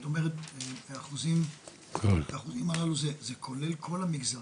כשאת אומרת את אחוזים הללו, זה כולל כל המגזרים?